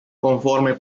conforme